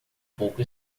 pouco